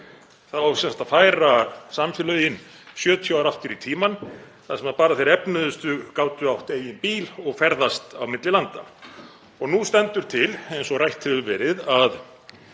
á sem sagt að færa samfélögin 70 ár aftur í tímann þar sem bara þeir efnuðustu gátu átt eigin bíl og ferðast á milli landa. Nú stendur til, eins og rætt hefur verið, að